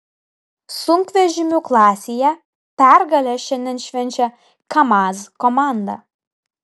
sunkvežimių klasėje pergalę šiandien švenčia kamaz komanda